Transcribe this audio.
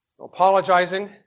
Apologizing